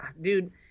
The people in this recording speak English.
dude